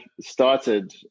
started